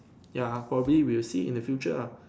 ya probably we will see it in the future lah